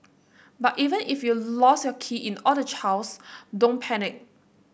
but even if you've lost your keys in all the chaos don't panic